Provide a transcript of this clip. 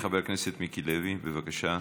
חבר הכנסת מיקי לוי, בבקשה.